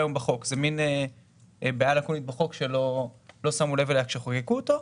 בעיה לקונית בחוק שלא שמו לב אליה כשחוקקו אותה,